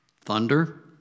Thunder